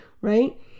right